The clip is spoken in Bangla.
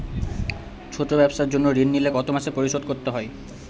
ছোট ব্যবসার জন্য ঋণ নিলে কত মাসে পরিশোধ করতে হয়?